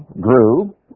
grew